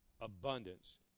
abundance